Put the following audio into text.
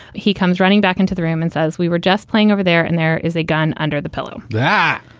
he comes running back into the room and says, we were just playing over there and there is a gun under the pillow that.